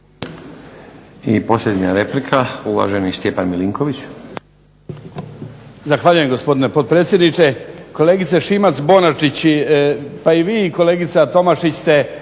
I posljednja replika, uvaženi Stjepan Milinković.